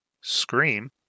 scream